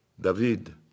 David